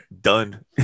done